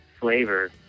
flavor